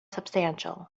substantial